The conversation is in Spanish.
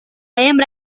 hembra